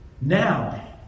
Now